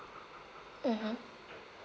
mmhmm